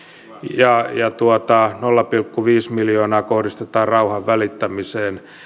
ja ja nolla pilkku viisi miljoonaa kohdistetaan rauhanvälittämiseen